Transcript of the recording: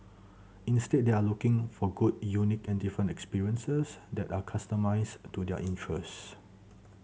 instead they are looking for good unique and different experiences that are customised to their interests